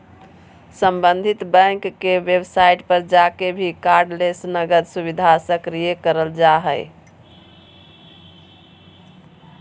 सम्बंधित बैंक के वेबसाइट पर जाके भी कार्डलेस नकद सुविधा सक्रिय करल जा हय